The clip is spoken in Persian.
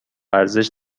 ارزش